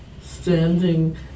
standing